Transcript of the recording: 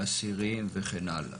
לאסירים וכן הלאה.